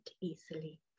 easily